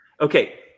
Okay